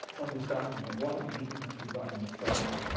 understanding of what it means to design an experiment.